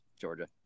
Georgia